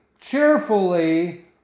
cheerfully